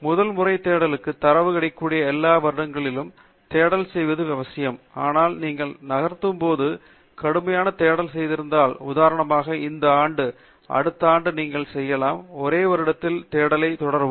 முதன்முறை தேடலுக்கு தரவு கிடைக்கக்கூடிய எல்லா வருடங்களுக்கும் தேடல் செய்ய வேண்டியது அவசியம் ஆனால் நீங்கள் நகர்த்தும்போது கடுமையான தேடலை செய்திருந்தால் உதாரணமாக இந்த ஆண்டு அடுத்த ஆண்டு நீங்கள் செய்யலாம் ஒரே ஒரு வருடத்தில் தேடலைத் தொடரவும்